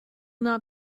not